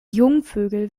jungvögel